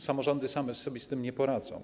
Samorządy same sobie z tym nie poradzą.